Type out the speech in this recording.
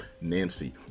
Nancy